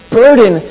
burden